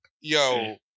yo